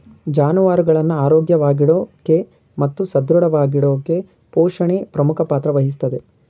ಜಾನುವಾರುಗಳನ್ನ ಆರೋಗ್ಯವಾಗಿಡೋಕೆ ಮತ್ತು ಸದೃಢವಾಗಿಡೋಕೆಪೋಷಣೆ ಪ್ರಮುಖ ಪಾತ್ರ ವಹಿಸ್ತದೆ